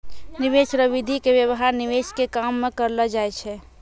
निवेश रो विधि के व्यवहार निवेश के काम मे करलौ जाय छै